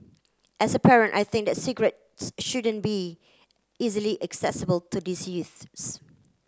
as a parent I think that cigarettes shouldn't be easily accessible to these youths